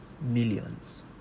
millions